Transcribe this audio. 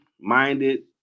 minded